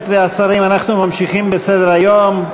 אנחנו ממשיכים בסדר-היום.